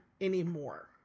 anymore